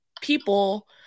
people